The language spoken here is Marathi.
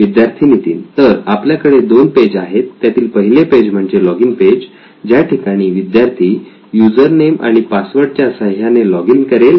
विद्यार्थि नितीन तर आपल्याकडे दोन पेज आहेत त्यातील पहिले पेज म्हणजे लॉगिन पेज ज्या ठिकाणी विद्यार्थी युजरनेम आणि पासवर्ड च्या साह्याने लॉगिन करेल